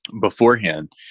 beforehand